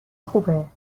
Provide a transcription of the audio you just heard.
خوبه